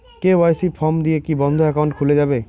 KYC form দিয়ে কি বন্ধ একাউন্ট খুলে যাবে?